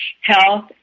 health